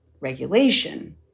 regulation